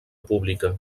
pública